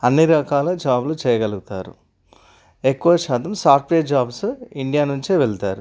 అన్ని రకాల జాబులు చేయగలుగుతారు ఎక్కువ శాతం సాఫ్ట్వేర్ జాబ్స్ ఇండియా నుంచే వెళ్తారు